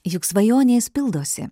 juk svajonės pildosi